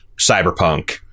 cyberpunk